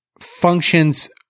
functions